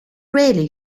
really